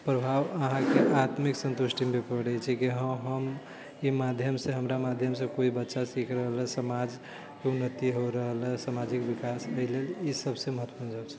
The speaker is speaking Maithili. प्रभाव अहाँकेँ आत्मिक सन्तुष्टि पर पड़ै छै कि हँ हम ई माध्यमसे हमरा माध्यमसे कोइ बच्चा सिख रहल यऽ समाजके उन्नति हो रहल यऽ सामाजिक विकास ओहि लेल ई सबसे महत्वपूर्ण जॉब छै